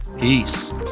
Peace